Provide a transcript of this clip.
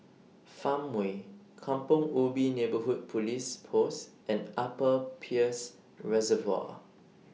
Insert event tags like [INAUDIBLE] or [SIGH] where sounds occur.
Farmway Kampong Ubi Neighbourhood Police Post and Upper Peirce Reservoir [NOISE]